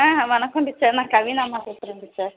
ஆ வணக்கம் டீச்சர் நான் கவின் அம்மா பேசுகிறேன் டீச்சர்